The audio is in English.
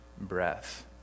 breath